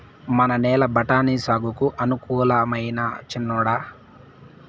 మన నేల బఠాని సాగుకు అనుకూలమైనా చిన్నోడా